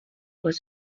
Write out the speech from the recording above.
was